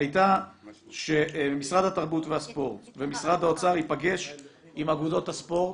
הייתה שמשרד התרבות והספורט ומשרד האוצר ייפגשו עם אגודות הספורט